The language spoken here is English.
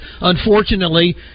unfortunately